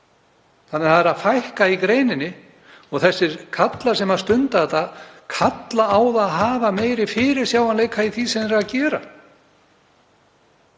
Þannig að það er að fækka í greininni og þessir karlar sem stunda þetta kalla á að hafa meiri fyrirsjáanleika í því sem þeir eru að gera.